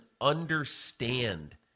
understand